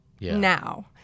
now